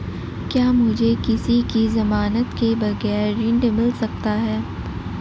क्या मुझे किसी की ज़मानत के बगैर ऋण मिल सकता है?